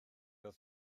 oedd